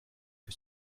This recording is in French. que